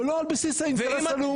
ולא על בסיס האינטרס הלאומי.